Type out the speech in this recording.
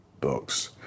books